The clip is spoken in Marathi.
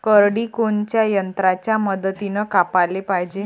करडी कोनच्या यंत्राच्या मदतीनं कापाले पायजे?